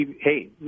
hey